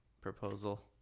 proposal